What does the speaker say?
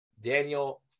Daniel